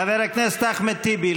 חבר הכנסת אחמד טיבי,